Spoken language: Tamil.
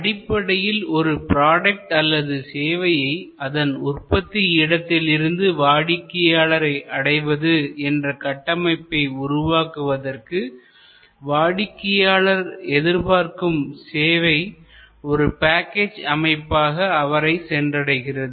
அடிப்படையில் ஒரு ப்ராடக்ட் அல்லது சேவையை அதன் உற்பத்தி இடத்திலிருந்து வாடிக்கையாளரை அடைவது என்ற கட்டமைப்பை உருவாக்குவதற்கு வாடிக்கையாளர் எதிர்பார்க்கும் சேவை ஒரு பேக்கேஜ் அமைப்பாக அவரை சென்றடைகிறது